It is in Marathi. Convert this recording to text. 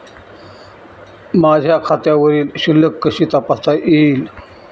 माझ्या खात्यावरील शिल्लक कशी तपासता येईल?